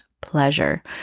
pleasure